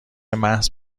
محض